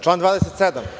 Član 27.